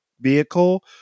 vehicle